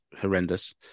horrendous